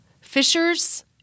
Fishers